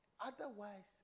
Otherwise